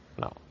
no